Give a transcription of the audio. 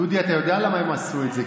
דודי, אתה יודע למה הם עשו את זה?